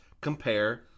compare